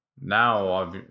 Now